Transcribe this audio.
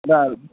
ꯑꯥ